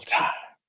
time